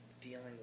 dealing